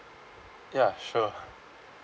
ya sure